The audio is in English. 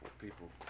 people